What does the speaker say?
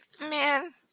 Man